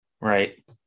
Right